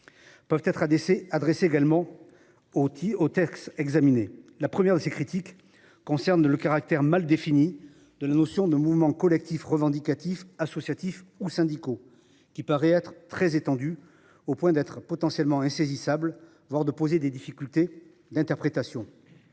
également être adressées au texte en discussion. La première de ces critiques concerne le caractère mal défini de la notion de « mouvements collectifs revendicatifs, associatifs ou syndicaux ». Cette notion paraît très étendue, au point d’être potentiellement insaisissable, voire de poser des difficultés d’interprétation.